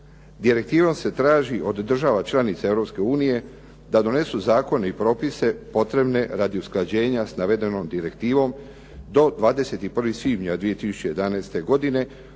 Direktivom se traži od država članica Europske unije da donesu zakone i propise potrebne radi usklađenja s navedenom direktivom do 21. svibnja 2011. godine